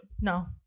No